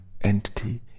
entity